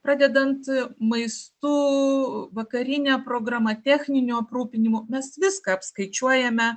pradedant maistu vakarine programa techniniu aprūpinimu mes viską apskaičiuojame